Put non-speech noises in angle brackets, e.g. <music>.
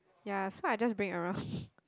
ya so I just bring around <laughs>